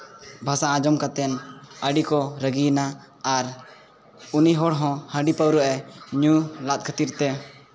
ᱵᱷᱟᱥᱟ ᱟᱸᱡᱚᱢ ᱠᱟᱛᱮᱫ ᱟᱹᱰᱤ ᱠᱚ ᱨᱟᱹᱜᱤᱭᱮᱱᱟ ᱟᱨ ᱩᱱᱤ ᱦᱚᱲ ᱦᱚᱸ ᱦᱟᱺᱰᱤ ᱯᱟᱹᱣᱨᱟᱹ ᱧᱩ ᱞᱟᱜ ᱠᱷᱟᱹᱛᱤᱨ ᱛᱮ